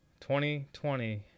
2020